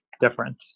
difference